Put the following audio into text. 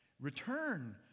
Return